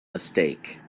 mistake